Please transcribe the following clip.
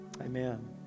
Amen